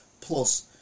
Plus